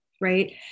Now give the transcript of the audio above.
right